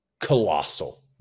colossal